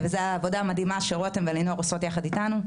זו עבודה מדהימה שרתם ולינור עושות יחד אתנו.